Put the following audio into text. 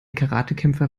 karatekämpfer